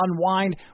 unwind